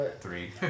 Three